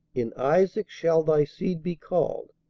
in isaac shall thy seed be called.